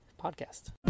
podcast